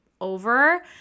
over